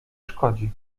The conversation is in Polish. szkodzi